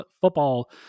football